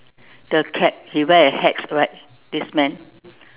the cap he wear a hat right this man